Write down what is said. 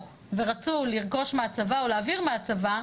ורצו לרכוש מהצבא או להעביר מהצבא,